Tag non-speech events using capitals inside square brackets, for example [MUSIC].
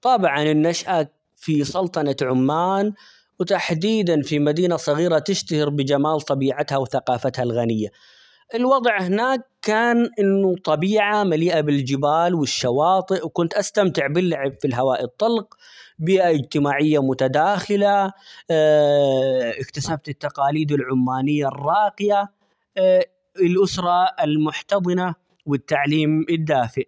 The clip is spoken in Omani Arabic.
طبعًا النشأة في سلطنة عمان، وتحديدًا في مدينة صغيرة تشتهر بجمال طبيعتها ،وثقافتها الغنية ،الوضع هناك كان إنه طبيعة مليئة بالجبال ،والشواطئ وكنت استمتع باللعب في الهواء الطلق، بيئة اجتماعية متداخلة، [HESITATION] اكتسبت التقاليد العمانية الراقية [HESITATION] الأسرة المحتضنة ،والتعليم الدافئ.